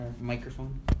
Microphone